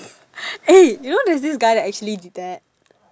eh you knows there's this guy that actually did that